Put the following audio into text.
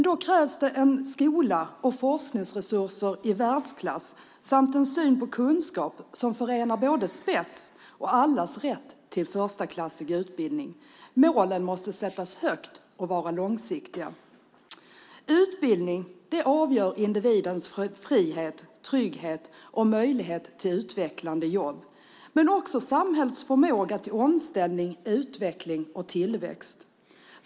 Då krävs det en skola och forskningsresurser i världsklass samt en syn på kunskap som förenar både spets och allas rätt till förstklassig utbildning. Målen måste sättas högt och vara långsiktiga. Utbildning avgör individens frihet, trygghet och möjlighet till utvecklande jobb men också samhällets förmåga till omställning, utveckling och tillväxt.